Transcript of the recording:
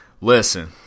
Listen